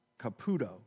caputo